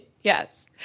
Yes